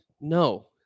No